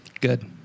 Good